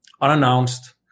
unannounced